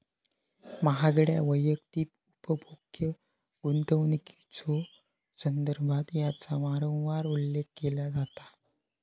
महागड्या वैयक्तिक उपभोग्य गुंतवणुकीच्यो संदर्भात याचा वारंवार उल्लेख केला जाता